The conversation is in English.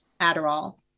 Adderall